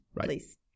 please